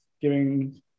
giving